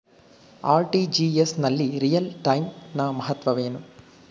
RTGS ನಲ್ಲಿ real time ನ ಮಹತ್ವವೇನು?